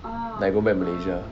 like go back malaysia